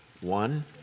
One